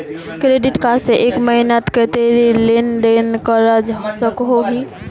Credit card से एक महीनात कतेरी लेन देन करवा सकोहो ही?